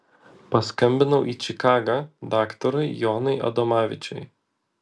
paskambinau į čikagą daktarui jonui adomavičiui